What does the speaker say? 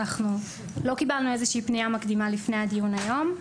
אנחנו לא קיבלנו איזושהי פניה מקדימה לפני הדיון היום,